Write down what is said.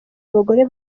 abagore